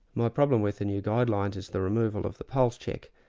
my problem with the new guidelines is the removal of the pulse check,